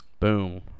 boom